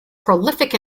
prolific